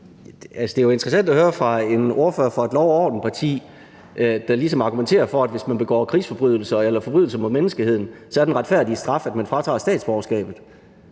Det er jo interessant at høre fra en ordfører fra et lov og orden-parti, der ligesom argumenterer for, at hvis man begår krigsforbrydelser eller forbrydelser mod menneskeheden, er den retfærdige straf, at man får frataget statsborgerskabet.